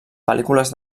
pel·lícules